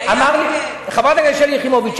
חברת הכנסת שלי יחימוביץ,